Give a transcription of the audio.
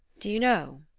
do you know,